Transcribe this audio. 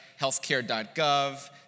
healthcare.gov